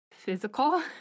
physical